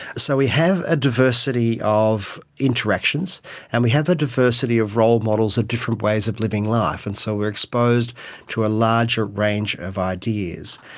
so we have a diversity of interactions and we have a diversity of role models of different ways of living life, and so we are exposed to a larger range of ideas.